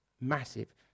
massive